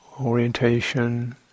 orientation